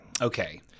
Okay